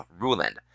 Ruland